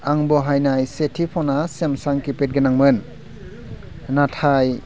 आं बाहायनाय सेथि फना सेमसां किपेड गोनांमोन नाथाय